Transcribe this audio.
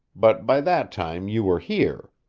but by that time you were here.